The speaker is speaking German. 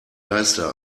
geiste